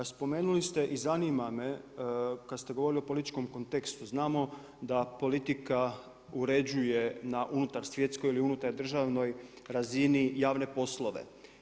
Spomenuli ste i zanima me kad ste govorili o političkom kontekstu, znamo da politika uređuje na unutar svjetskoj ili unutar državnoj razini javne poslove.